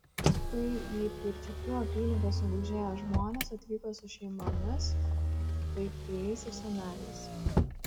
štai į pirčiupių apylinkes sugužėję žmonės atvyko su šeimomis vaikais ir seneliais